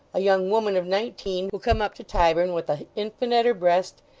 a young woman of nineteen who come up to tyburn with a infant at her breast,